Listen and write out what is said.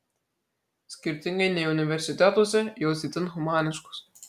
skirtingai nei universitetuose jos itin humaniškos